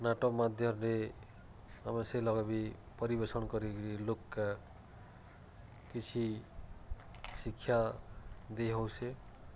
ନାଟକ୍ ମାଧ୍ୟମ୍ରେ ଆମେ ସେଲଗେ ବି ପରିବେଷଣ୍ କରିକିରି ଲୋକ୍କେ କିଛି ଶିକ୍ଷା ଦେଇହଉଚେ